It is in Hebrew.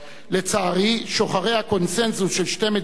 לצערי, שוחרי הקונסנזוס של שתי מדינות